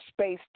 space